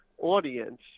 audience